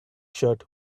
shirt